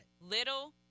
little